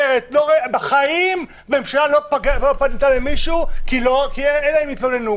בחיים ממשלה לא פנתה למישהו אלא אם הייתה תלונה?